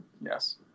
yes